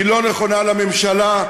היא לא נכונה לממשלה,